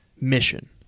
mission